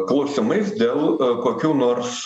klausimais dėl kokių nors